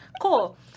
cool